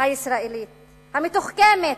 הישראלית המתוחכמת,